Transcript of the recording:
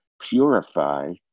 purify